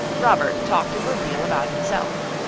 robert talked a good deal about himself.